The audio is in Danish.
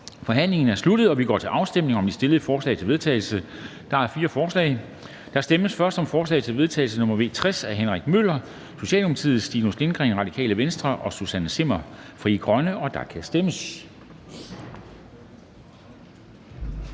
Forhandlingen er sluttet, og vi går til afstemning om de stillede forslag til vedtagelse. Der foreligger fire forslag. Der stemmes først om forslag til vedtagelse nr. V 60 af Henrik Møller (S), Stinus Lindgreen (RV) og Susanne Zimmer (FG), og der kan stemmes.